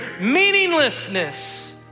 Meaninglessness